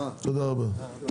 תודה רבה.